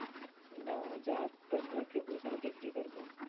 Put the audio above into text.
नवजात बछड़ा के पोषण कइसे करबो?